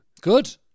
Good